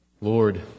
Lord